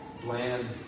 bland